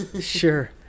sure